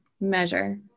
measure